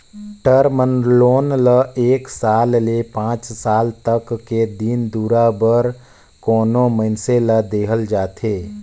term loan ल एक साल ले पांच साल तक के दिन दुरा बर कोनो मइनसे ल देहल जाथे